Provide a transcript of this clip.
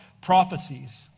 prophecies